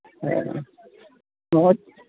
ᱦᱮᱸ ᱢᱚᱡᱽ